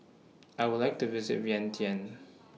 I Would like to visit Vientiane